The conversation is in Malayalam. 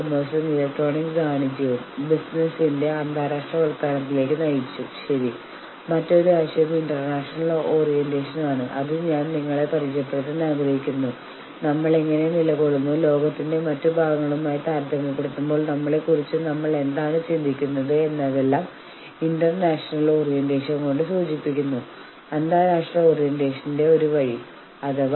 കൂടാതെ യൂണിയനുകളെ കുറിച്ച് നമ്മൾ സംസാരിക്കുമ്പോൾ തൊഴിൽ ബന്ധങ്ങളെ കുറിച്ച് നമ്മൾ സംസാരിക്കുമ്പോൾ ലേബർ കൂട്ടായ്മകളെ കുറിച്ച് നമ്മൾ സംസാരിക്കുമ്പോൾ ലേബർ കൂട്ടായ്മകളുടെ പ്രാഥമിക പരിഗണന തൊഴിൽ സാഹചര്യങ്ങൾ നിർണ്ണയിക്കുക എന്നതാണ് എല്ലാ ജീവനക്കാർക്കും തൊഴിൽ സാഹചര്യങ്ങൾ സുഖകരമാണെന്ന് ഉറപ്പാക്കേണ്ടത് ന്യായമാണ്